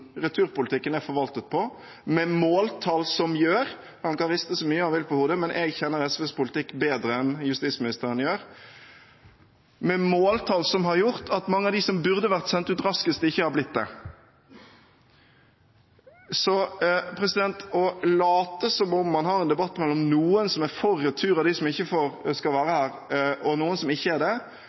returpolitikken er forvaltet på, med måltall som har gjort – han kan riste så mye han vil på hodet, men jeg kjenner SVs politikk bedre enn justisministeren gjør – at mange av dem som burde vært sendt ut raskest, ikke har blitt det. Så det å late som om man har en debatt mellom noen som er for retur av dem som ikke skal være her, og noen som ikke er det,